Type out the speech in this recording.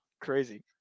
crazy